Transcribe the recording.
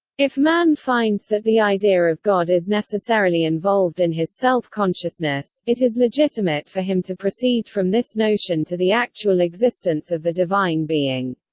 if man finds that the idea of god is necessarily involved in his self-consciousness, it is legitimate for him to proceed from this notion to the actual existence of the divine being.